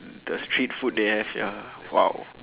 the seafood they have ya !wow!